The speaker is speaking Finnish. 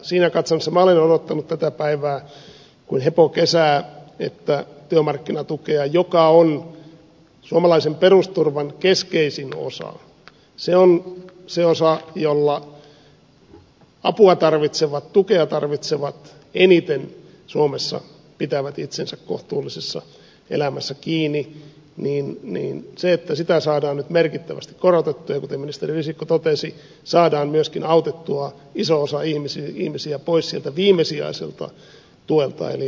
siinä katsannossa minä olen odottanut tätä päivää kuin hepo kesää että työmarkkinatukea joka on suomalaisen perusturvan keskeisin osa se on se osa jolla apua tarvitsevat tukea tarvitsevat eniten suomessa pitävät itsensä kohtuullisessa elämässä kiinni saadaan nyt merkittävästi korotettua ja kuten ministeri risikko totesi saadaan myöskin autettua iso osa ihmisiä pois sieltä viimesijaiselta tuelta eli toimeentulotuelta